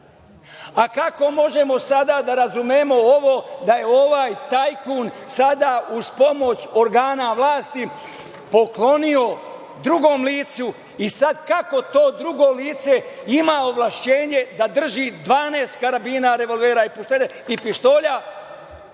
Kako možemo sada da razumemo ovo da je ovaj tajkun sada uz pomoć organa vlasti poklonio drugom licu i sada kako to drugo lice ima ovlašćenje da drži 12 karabina, revolvera i pištolja?